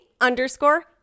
underscore